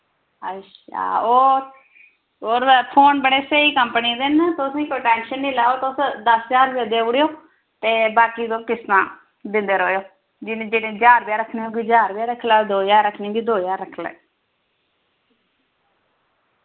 अच्छा और और फोन बड़े स्हेई कम्पनी दे न तुसें कोई टैंशन नि लाओ तुस दस ज्हार रपेआ देऊड़ेओ ते बाकि तुस किश्तां दिंदे रवेओ जिन्नी जिन्नी ज्हार रपेआ रक्खनी होगी ज्हार रपेआ रक्खी लैयो दो ज्हार रक्खनी होगी दो ज्हार रक्खी लैयो